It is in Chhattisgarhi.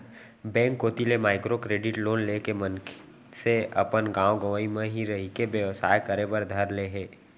बेंक कोती ले माइक्रो क्रेडिट लोन लेके मनसे अपन गाँव गंवई म ही रहिके बेवसाय करे बर धर ले हे